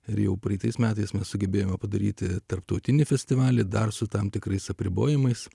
ir jau praeitais metais mes sugebėjome padaryti tarptautinį festivalį dar su tam tikrais apribojimais